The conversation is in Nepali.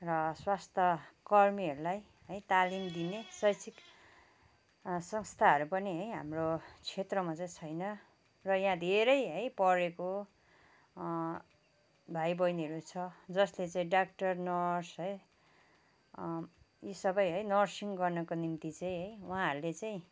र स्वास्थ्य कर्मीहरूलाई है तालिम दिने शैक्षिक संस्थाहरू पनि है हाम्रो क्षेत्रमा चाहिँ छैन र यहाँ धेरै है पढेको भाइ बहिनीहरू छ जसले चाहिँ डाक्टर नर्स है यी सबै है नर्सिङ गर्नको निम्ति चाहिँ है उहाँहरूले चाहिँ